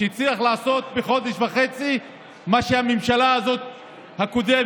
שהצליח לעשות בחודש וחצי מה שהממשלה הקודמת,